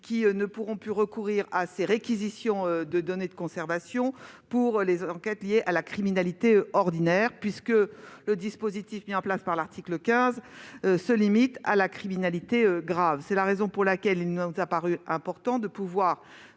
ne pourront plus recourir à des réquisitions de données de connexion dans le cadre d'enquêtes liées à la criminalité ordinaire. En effet, le dispositif mis en place par l'article 15 se limite à la criminalité grave. C'est la raison pour laquelle il nous a paru important de mieux